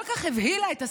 כל כך הבהילה את השמאל.